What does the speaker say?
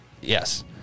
Yes